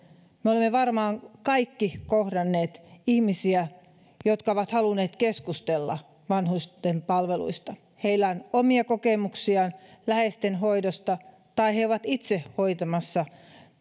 me olemme varmaan kaikki kohdanneet ihmisiä jotka ovat halunneet keskustella vanhusten palveluista heillä on omia kokemuksia läheisten hoidosta tai he ovat itse